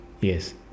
Yes